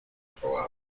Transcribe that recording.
proa